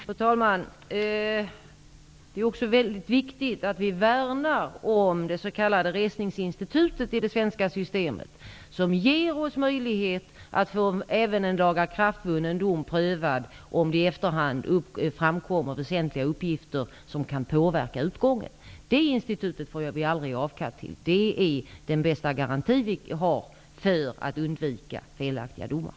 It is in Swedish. Fru talman! Det är väldigt viktigt att vi värnar om det s.k. resningsinstitutet i det svenska systemet, vilket ger oss möjlighet att få även en lagakraftvunnen dom prövad, om det i efterhand framkommer väsentliga uppgifter som kan påverka utgången. Det institutet får vi aldrig ge avkall på. Det är den bästa garantin vi har för att undvika felaktiga domar.